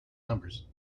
numbers